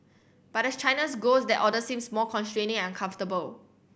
but as China's grows that order seems more constraining and comfortable